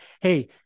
Hey